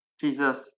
Jesus